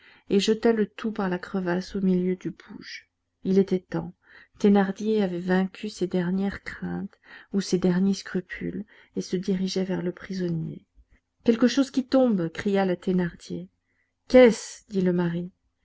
et jeta le tout par la crevasse au milieu du bouge il était temps thénardier avait vaincu ses dernières craintes ou ses derniers scrupules et se dirigeait vers le prisonnier quelque chose qui tombe cria la thénardier qu'est-ce dit le mari